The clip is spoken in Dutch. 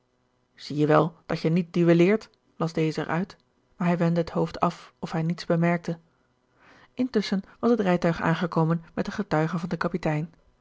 zie je wel dat je niet duelleert las deze er uit maar hij wendde het hoofd af of hij niets bemerkte intusschen was het rijtuig aangekomen met de getuigen van den kapitein